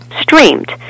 streamed